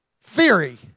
theory